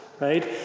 right